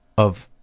of